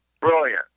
Brilliant